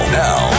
now